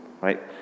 Right